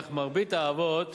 אך מרבית האבות